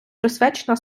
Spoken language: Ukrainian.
присвячена